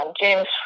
James